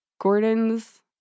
gordon's